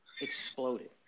exploded